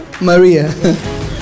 Maria